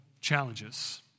challenges